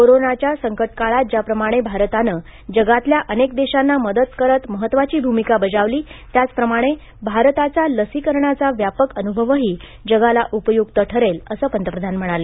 कोरोनाच्या संकट काळात ज्या प्रमाणे भारतानं जगातल्या अनेक देशांना मदत करत महत्त्वाची भूमिका बजावली त्याच प्रमाणे भारताचा लसीकरणाचा व्यापक अनुभवही जगाला उपयुक्त ठरेल असं पंतप्रधान म्हणाले